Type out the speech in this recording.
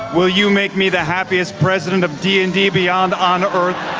will you make me the happiest president of d and d beyond on earth?